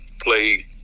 play